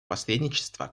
посредничество